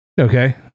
Okay